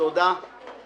מי נגד?